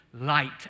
Light